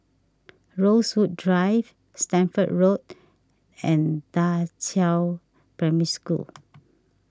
Rosewood Drive Stamford Road and Da Qiao Primary School